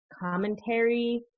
commentary